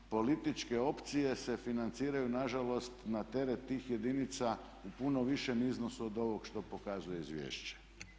Političke opcije se financiraju na žalost na teret tih jedinica u puno višem iznosu od ovog što pokazuje izvješće.